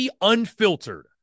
Unfiltered